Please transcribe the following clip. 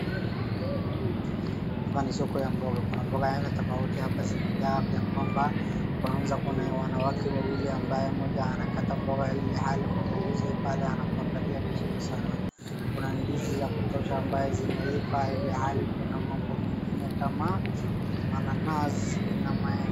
Hapa ni soko ya mboga, kuna mboga aina tofauti hapa zimejaa ya kwamba, unaweza kuona wanawake wawili ambaye mmoja anakata mboga ilhali mama mzee pale anatuangalia vizuri sana. Kuna ndizi za kutosha ambazo zimeiva ilhali kuna mambo mengine kama mananasi na maembe.